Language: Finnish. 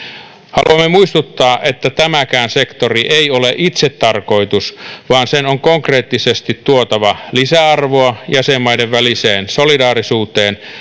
haluamme muistuttaa että tämäkään sektori ei ole itsetarkoitus vaan sen on konkreettisesti tuotava lisäarvoa jäsenmaiden väliseen solidaarisuuteen